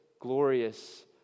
glorious